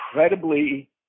incredibly